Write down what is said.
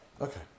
Okay